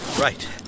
Right